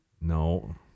No